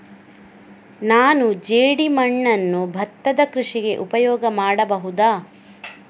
ನಾನು ಜೇಡಿಮಣ್ಣನ್ನು ಭತ್ತದ ಕೃಷಿಗೆ ಉಪಯೋಗ ಮಾಡಬಹುದಾ?